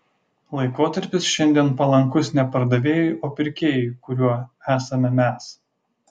laikotarpis šiandien palankus ne pardavėjui o pirkėjui kuriuo esame mes